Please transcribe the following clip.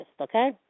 okay